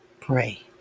Pray